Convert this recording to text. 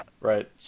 Right